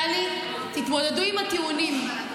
טלי, תתמודדו עם הטיעונים.